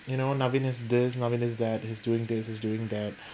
you know Navin is this Navin is that he's doing this he's doing that